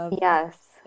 Yes